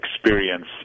experience